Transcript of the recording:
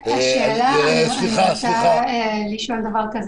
שאני לא רוצה שתהיה אצבע קלה על ההדק